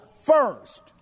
first